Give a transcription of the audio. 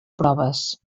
proves